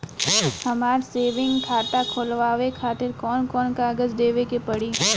हमार सेविंग खाता खोलवावे खातिर कौन कौन कागज देवे के पड़ी?